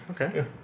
Okay